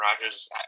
Rodgers –